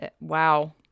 wow